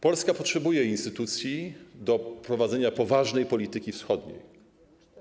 Polska potrzebuje instytucji do prowadzenia poważnej polityki wschodniej.